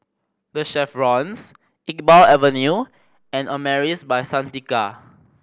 The Chevrons Iqbal Avenue and Amaris By Santika